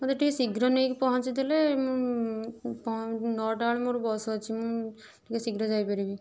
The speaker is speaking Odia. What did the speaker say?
ମତେ ଟିକେ ଶୀଘ୍ର ନେଇକି ପହଞ୍ଚେଇଦେଲେ ମୁଁ ନଅଟା ବେଳେ ମୋର ବସ୍ ଅଛି ମୁଁ ଟିକେ ଶୀଘ୍ର ଯାଇପାରିବି